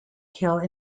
killed